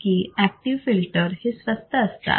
की active filters हे स्वस्त असतात